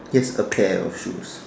he has a pair of shoe